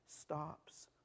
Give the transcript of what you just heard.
stops